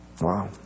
Wow